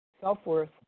self-worth